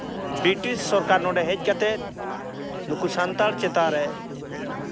British ᱥᱚᱨᱠᱟᱨ ᱱᱚᱰᱮ ᱦᱮᱡ ᱠᱟᱛᱮ ᱱᱩᱠᱩ ᱥᱟᱱᱛᱟᱲ ᱪᱮᱛᱟᱱᱨᱮ